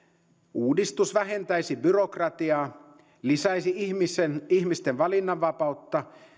uudistus vähentäisi byrokratiaa lisäisi ihmisten ihmisten valinnanvapautta